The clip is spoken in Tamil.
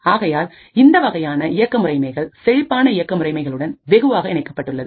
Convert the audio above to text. ஆகையால் இந்த வகையான இயக்க முறைமைகள்செழிப்பான இயக்க முறைமைகளுடன் வெகுவாக இணைக்கப்பட்டுள்ளது